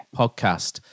podcast